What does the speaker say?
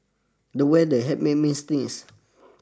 the weather had made me sneeze